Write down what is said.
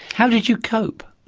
how did you cope?